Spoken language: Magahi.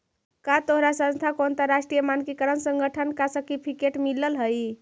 का तोहार संस्था को अंतरराष्ट्रीय मानकीकरण संगठन का सर्टिफिकेट मिलल हई